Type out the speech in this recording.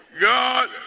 God